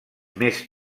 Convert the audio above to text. més